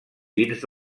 dins